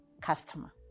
customer